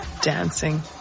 dancing